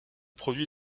produit